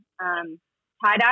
tie-dye